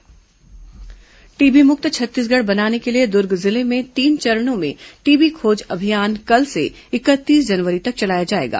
TB खोज अभियान TB मुक्त छत्तीसगढ़ बनाने के लिए दुर्ग जिले में तीन चरणों में टीबी खोज अभियान कल से इकतीस जनवरी तक चलाया जाएगा